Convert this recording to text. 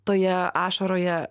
toje ašaroje